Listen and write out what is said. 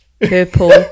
purple